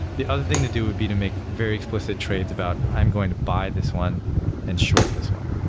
the other thing to do would be to make very explicit trades about, i'm going to buy this one and short this one.